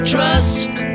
Trust